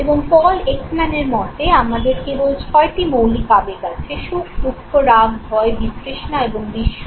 এবং পল একম্যানের মতে আমাদের কেবল ছয়টি মৌলিক আবেগ আছে সুখ দুঃখ রাগ ভয় বিতৃষ্ণা এবং বিস্ময়